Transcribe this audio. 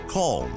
Call